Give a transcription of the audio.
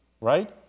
Right